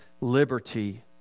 liberty